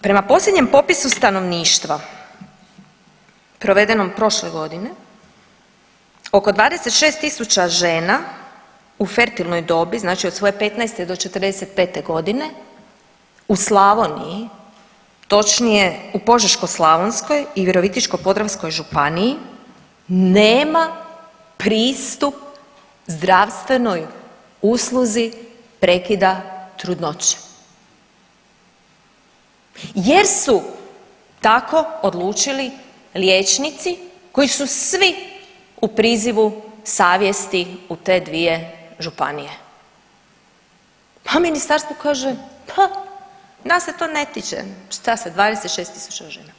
Prema posljednjem popisu stanovništva provedenom prošle godine oko 26 tisuća žena u fertilnoj dobi, znači od svoje 15. do 45.g. u Slavoniji, točnije u Požeško-slavonskoj i Virovitičko-podravskoj županiji nema pristup zdravstvenoj usluzi prekida trudnoće jer su tako odlučili liječnici koji su svi u prizivu savjesti u te dvije županije, pa ministarstvo kaže pa nas se to ne tiče šta sa 26 tisuća žena.